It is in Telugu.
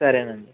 సరేనండి